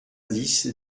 dix